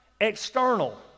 external